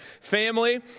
family